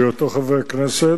בהיותו חבר כנסת,